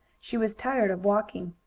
she was tired of walking.